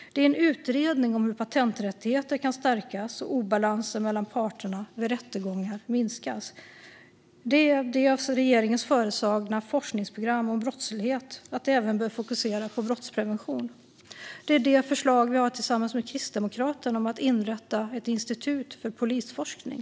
Ett är en utredning om hur patenträttigheterna kan stärkas och obalansen mellan parterna vid rättegångar minskas. Ett är att det av regeringen föreslagna forskningsprogrammet om brottslighet bör fokusera även på brottsprevention. Ett är det förslag vi har tillsammans med Kristdemokraterna om att inrätta ett institut för polisforskning.